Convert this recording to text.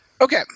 okay